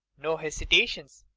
no hesita tions,